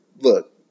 look